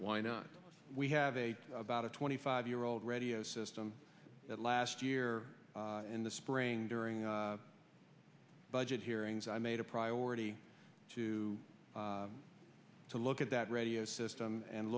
why not we have a about a twenty five year old radio system that last year in the spring during budget hearings i made a priority to to look at that radio system and